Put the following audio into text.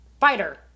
fighter